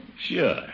Sure